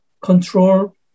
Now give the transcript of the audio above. control